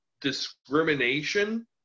discrimination